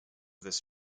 this